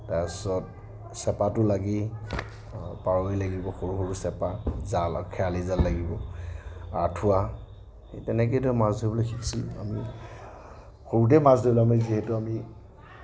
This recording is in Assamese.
তাৰপিছত চেপাটো লাগেই পাৱৈ লাগিব সৰু সৰু চেপা জাল আৰু খেৱালি জাল লাগিব আঠুৱা তেনেকৈয়ে মাছ ধৰিবলৈ শিকিছিলোঁ আমি সৰুতে মাছ ধৰিলোঁ আমি যিহেতু আমি